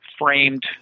framed